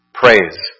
praise